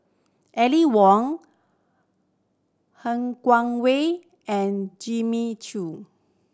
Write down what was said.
Aline Wong Han Guangwei and Jimmy Chok